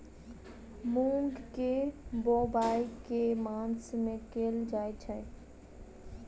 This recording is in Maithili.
मूँग केँ बोवाई केँ मास मे कैल जाएँ छैय?